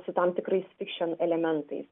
su tam tikrais fikšin elementais